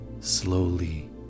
slowly